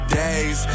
days